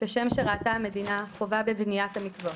כשם שראתה המדינה חובה בבניית המקוואות,